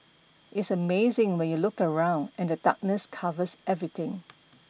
it's amazing when you look around and the darkness covers everything